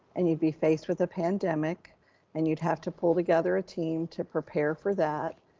and you'd be faced with a pandemic and you'd have to pull together a team to prepare for that.